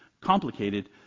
complicated